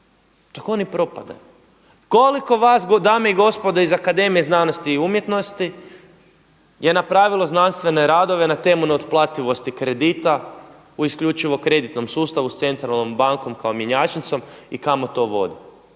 dok oni propadaju. Koliko vas dame i gospodo iz Akademije znanosti i umjetnosti je napravilo znanstvene radove na temu neotplativosti kredita u isključivo kreditnom sustavu s centralnom bankom kao mjenjačnicom i kamo to vodi?